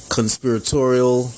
Conspiratorial